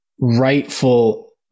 Rightful